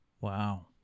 Wow